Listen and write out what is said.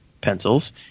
pencils